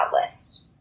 list